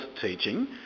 teaching